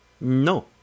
No